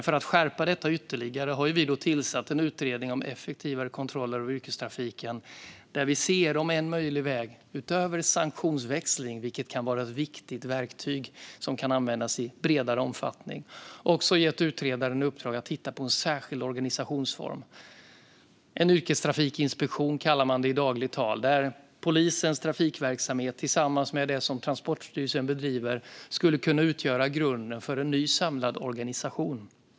För att skärpa detta ytterligare har vi tillsatt en utredning om effektivare kontroller av yrkestrafiken där vi, utöver sanktionsväxling som kan vara ett viktigt verktyg som kan användas i bredare omfattning, också har gett utredaren i uppdrag att titta på en särskild organisationsform. En yrkestrafikinspektion kallar man det i dagligt tal. Där skulle polisens trafikverksamhet tillsammans med det som Transportstyrelsen bedriver kunna utgöra grunden för en ny samlad organisation.